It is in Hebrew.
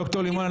ד"ר לימון,